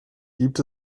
gibt